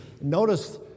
Notice